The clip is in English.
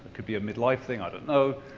could be a midlife thing, i don't know,